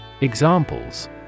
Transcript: Examples